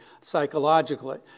psychologically